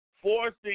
forcing